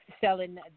selling